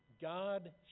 God